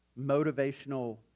motivational